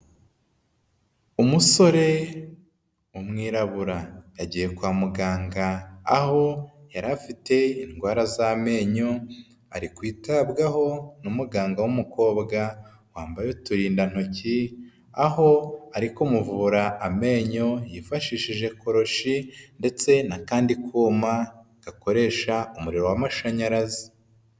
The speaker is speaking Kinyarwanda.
Umusore w'umwirabura, agiye kwa muganga aho yari afite indwara z'amenyo ari kwitabwaho na muganga w'umukobwa wambaye uturinda ntoki, aho arikumuvura amenyo yifashishije koroshi ndetse n'akandi kuma gakoresha umuriro w'amashanyarazi.